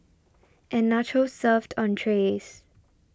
and nachos served on trays